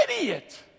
idiot